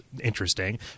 interesting